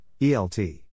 ELT